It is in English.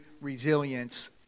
resilience